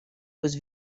was